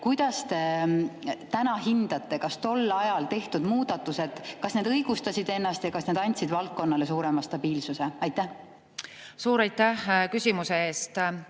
Kuidas te täna hindate, kas tol ajal tehtud muudatused õigustasid ennast ja kas need andsid valdkonnale suurema stabiilsuse? Suur aitäh küsimuse eest!